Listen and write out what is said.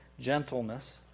gentleness